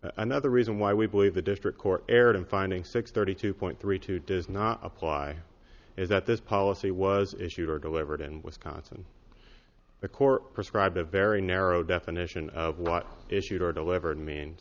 another reason why we believe the district court erred in finding six thirty two point three two does not apply is that this policy was issued or delivered in wisconsin the court prescribe a very narrow definition of what issues are delivered me an